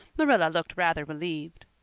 marilla looked rather relieved.